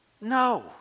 no